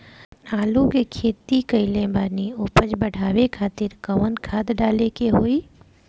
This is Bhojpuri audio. आलू के खेती कइले बानी उपज बढ़ावे खातिर कवन खाद डाले के होई?